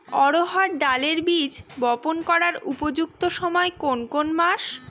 অড়হড় ডালের বীজ বপন করার উপযুক্ত সময় কোন কোন মাস?